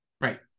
right